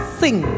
sing